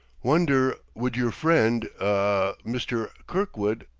wonder would your friend ah mr. kirkwood,